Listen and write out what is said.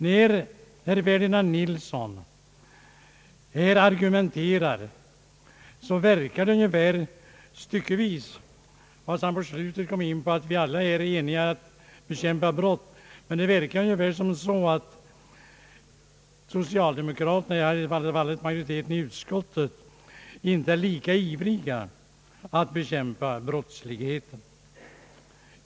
När herr Ferdinande Nilsson argumenterar här så verkar det, fastän han på slutet kom in på att vi väl alla är eniga om att bekämpa brott, ändå styckevis som om socialdemokraterna, i varje fall socialdemokraterna i utskottet, inte är lika ivriga att bekämpa brottsligheten som andra.